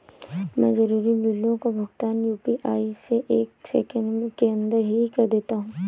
मैं जरूरी बिलों का भुगतान यू.पी.आई से एक सेकेंड के अंदर ही कर देता हूं